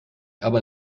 aber